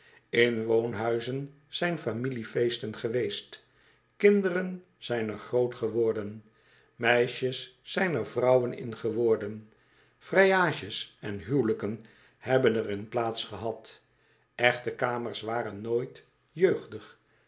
in woonhuizen zijnfamiliefeesten geweest kinderen zijn er groot geworden meisjes zijn er vrouwen in geworden vrijages en huwelijken hebben er in plaats gehad echte kamers waren nooit jeugdig